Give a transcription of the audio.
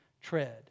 tread